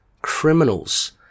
criminals